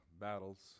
battles